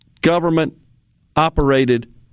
government-operated